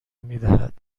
میدهد